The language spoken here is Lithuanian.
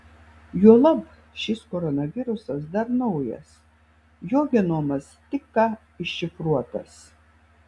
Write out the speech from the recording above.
juolab šis koronavirusas dar naujas jo genomas tik ką iššifruotas